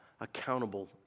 accountable